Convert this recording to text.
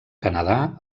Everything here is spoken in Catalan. canadà